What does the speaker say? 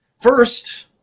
first